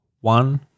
one